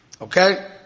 Okay